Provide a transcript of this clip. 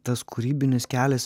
tas kūrybinis kelias